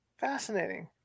Fascinating